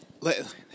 let